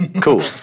Cool